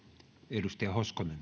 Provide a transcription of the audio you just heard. arvoisa puhemies